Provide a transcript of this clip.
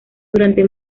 durante